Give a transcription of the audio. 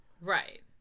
Right